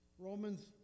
Romans